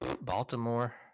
Baltimore